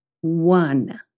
One